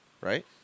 right